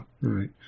Right